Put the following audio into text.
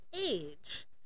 age